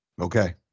Okay